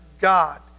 God